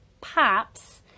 pops